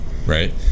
Right